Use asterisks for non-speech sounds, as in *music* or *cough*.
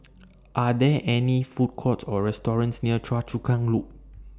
*noise* Are There any Food Courts Or restaurants near Choa Chu Kang Loop